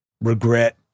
regret